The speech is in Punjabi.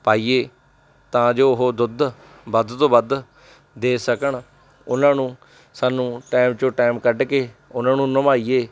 ਪਾਈਏ ਤਾਂ ਜੋ ਉਹ ਦੁੱਧ ਵੱਧ ਤੋਂ ਵੱਧ ਦੇ ਸਕਣ ਉਹਨਾਂ ਨੂੰ ਸਾਨੂੰ ਟਾਈਮ 'ਚੋਂ ਟਾਈਮ ਕੱਢ ਕੇ ਉਹਨਾਂ ਨੂੰ ਨਵਾਈਏ